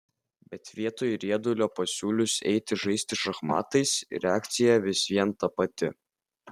bet vietoj riedulio pasiūlius eiti žaisti šachmatais reakcija vis vien ta pati